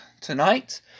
tonight